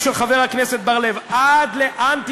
אביו של חבר הכנסת בר-לב?